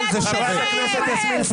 בשבילכם.